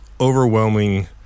overwhelming